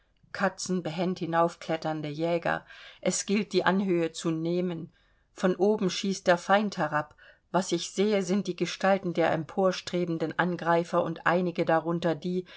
katzenbehend hinaufkletternde jäger es gilt die anhöhe zu nehmen von oben schießt der feind herab was ich sehe sind die gestalten der emporstrebenden angreifer und einige darunter die